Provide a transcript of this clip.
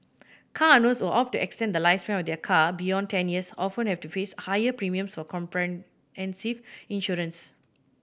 car owners who opt to extend the lifespan of their car beyond ten years often have to face higher premiums for comprehensive insurance